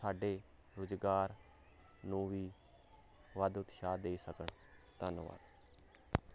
ਸਾਡੇ ਰੁਜ਼ਗਾਰ ਨੂੰ ਵੀ ਵੱਧ ਉਤਸਾਹ ਦੇ ਸਕਣ ਧੰਨਵਾਦ